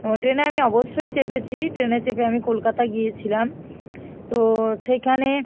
এবং ট্রেনে আমি অবশ্যই চেপেছি ট্রেনে চেপে আমি কলকাতা গিয়েছিলাম তো সেইখানে